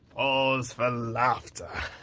ah pause for laughter.